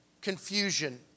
confusion